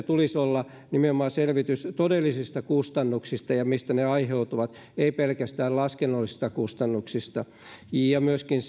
tulisi olla nimenomaan selvitys todellisista kustannuksista ja siitä mistä ne aiheutuvat ei pelkästään laskennallisista kustannuksista energiatodistuksen tulee myöskin